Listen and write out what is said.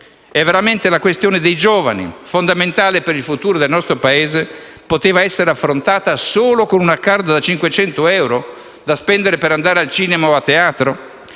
E veramente la questione dei giovani, fondamentale per il futuro del nostro Paese, poteva essere affrontata solo con una *card* da 500, euro da spendere per andare al cinema o a teatro?